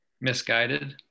Misguided